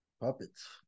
puppets